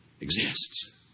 exists